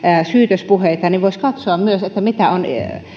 syytöspuheita voisi katsoa myös mitä on